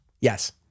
Yes